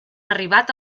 arribat